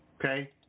Okay